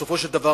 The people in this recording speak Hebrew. בסופו של דבר,